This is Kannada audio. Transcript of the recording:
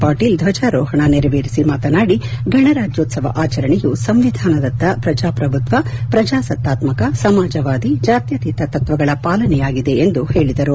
ಪಾಟೀಲ್ ಧ್ವಜಾರೋಹಣ ನೆರವೇರಿಸಿ ಮಾತನಾಡಿ ಗಣರಾಜ್ಯೋತ್ಸವ ಆಚರಣೆಯು ಸಂವಿಧಾನದತ್ತ ಪ್ರಜಾಪ್ರಭುತ್ವ ಪ್ರಜಾಸತ್ತಾಕ್ಕಕ ಸಮಾಜವಾದಿ ಜಾತ್ಕತೀತ ತತ್ವಗಳ ಪಾಲನೆಯಾಗಿದೆ ಎಂದು ಹೇಳಿದರು